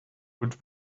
old